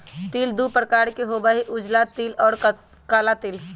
तिल दु प्रकार के होबा हई उजला तिल और काला तिल